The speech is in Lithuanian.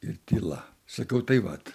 ir tyla sakau tai vat